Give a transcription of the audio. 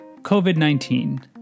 COVID-19